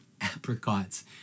Apricots